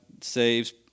saves